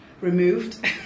removed